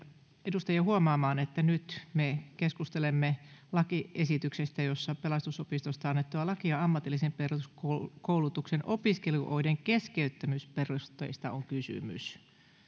edustajia huomaamaan että nyt me keskustelemme lakiesityksestä jossa on kysymys pelastusopistosta annetun lain ammatillisen peruskoulutuksen opiskeluoikeuden keskeyttämisperusteista